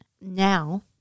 now